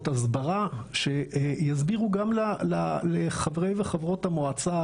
הסברה שיסבירו גם לחברי וחברות המועצה,